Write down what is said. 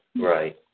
Right